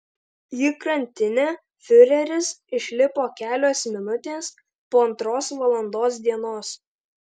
į krantinę fiureris išlipo kelios minutės po antros valandos dienos